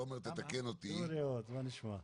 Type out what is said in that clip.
תומר תתקן אותי מה שאמר תומר,